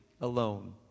alone